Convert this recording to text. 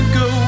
go